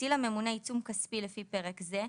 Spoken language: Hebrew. הטיל הממונה עיצום כספי לפי פרק זה,